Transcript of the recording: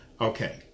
Okay